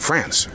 France